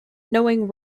knowing